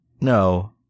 No